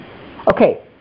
Okay